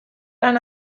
lan